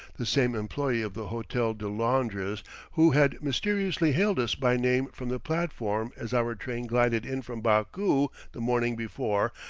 the same employee of the hotel de londres who had mysteriously hailed us by name from the platform as our train glided in from baku the morning before,